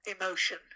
emotion